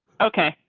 okay,